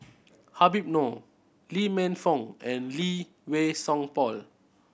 Habib Noh Lee Man Fong and Lee Wei Song Paul